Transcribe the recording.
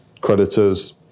creditors